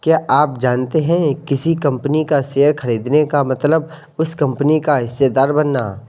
क्या आप जानते है किसी कंपनी का शेयर खरीदने का मतलब उस कंपनी का हिस्सेदार बनना?